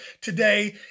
today